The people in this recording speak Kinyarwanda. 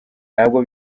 ntabwo